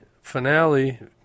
finale